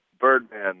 Birdman